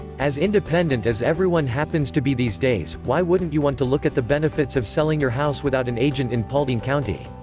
as independent as everyone happens to be these days, why wouldn't you want to look at the benefits of selling your house without an agent in paulding county?